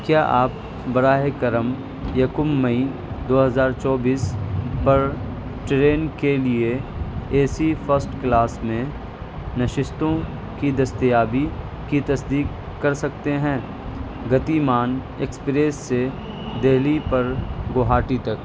کیا آپ براہ کرم یکم مئی دو ہزار چوبیس پر ٹرین کے لیے اے سی فسٹ کلاس میں نشستوں کی دستیابی کی تصدیک کر سکتے ہیں گتیمان ایکسپریس سے دہلی پر گوہاٹی تک